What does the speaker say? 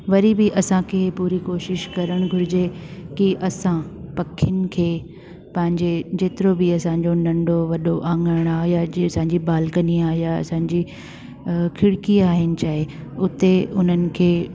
वरी बि असांखे पूरी कोशिशि करणु घुरिजे की असां पखियुनि खे पंहिंजे जेतिरो बि असांजो नंढो वॾो आंगण आहे या जे असांजी बालकनी आहे या असांजी खिड़की आहिनि चाहे उते हुननि खे